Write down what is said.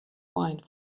wine